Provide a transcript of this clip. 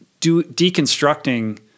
deconstructing